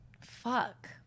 Fuck